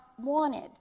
wanted